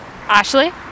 Ashley